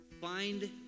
find